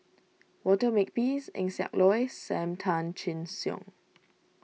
Walter Makepeace Eng Siak Loy Sam Tan Chin Siong